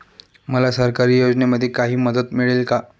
मला सरकारी योजनेमध्ये काही मदत मिळेल का?